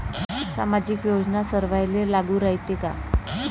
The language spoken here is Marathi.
सामाजिक योजना सर्वाईले लागू रायते काय?